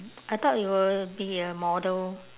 I thought you will be a model